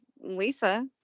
lisa